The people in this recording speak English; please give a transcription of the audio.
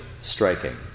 striking